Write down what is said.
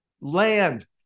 land